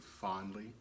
fondly